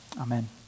Amen